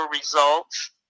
results